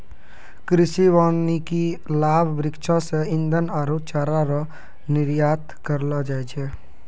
कृषि वानिकी लाभ वृक्षो से ईधन आरु चारा रो निर्यात करलो जाय छै